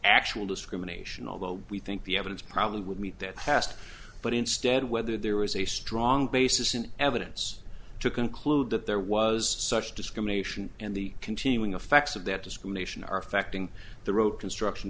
actual discrimination although we think the evidence probably would meet that past but instead whether there was a strong basis in evidence to conclude that there was such discrimination and the continuing affects of that discrimination are affecting the road construction